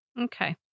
Okay